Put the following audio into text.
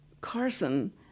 Carson